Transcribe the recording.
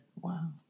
Wow